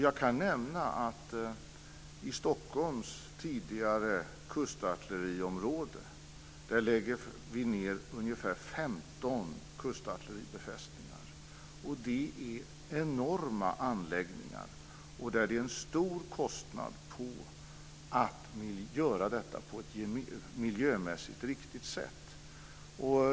Jag kan nämna att vi i Stockholms tidigare kustartilleriområde lägger ned ungefär 15 kustartilleribefästningar. Det är enorma anläggningar, där det innebär en stor kostnad att göra detta på ett miljömässigt riktigt sätt.